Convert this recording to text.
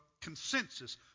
consensus